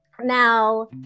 now